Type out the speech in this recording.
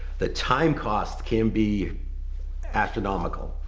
the time cost can be astronomical,